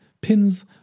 pins